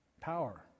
Power